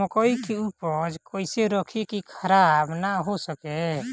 मकई के उपज कइसे रखी की खराब न हो सके?